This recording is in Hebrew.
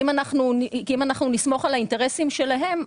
אם נסמוך על האינטרסים שלהם,